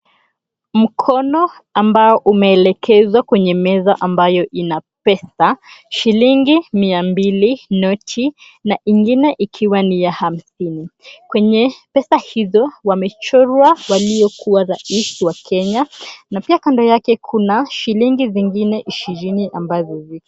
Mkono ambao umeelekezwa kwenye meza ambayo ina pesa shilingi mia mbili noti na ingine ikiwa ni ya hamsini. Kwenye pesa hizo wamechorwa waliokuwa rais wa Kenya na pia kando yake kuna shilingi zingine ishirini ambazo ziko.